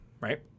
right